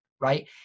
right